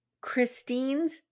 Christine's